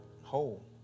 whole